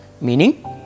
meaning